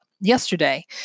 Yesterday